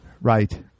Right